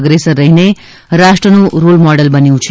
અગ્રેસર રફીને રાષ્ટ્રનું રોલ મોડલ બન્યું છે